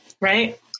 right